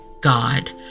God